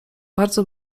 bardzo